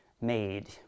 made